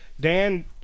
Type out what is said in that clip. Dan